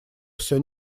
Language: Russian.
все